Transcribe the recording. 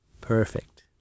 perfect